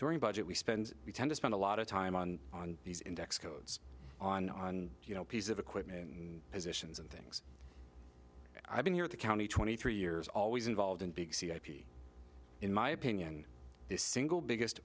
during a budget we spend we tend to spend a lot of time on on these index codes on you know piece of equipment and his actions and thing i've been here at the county twenty three years always involved in big c h p in my opinion the single biggest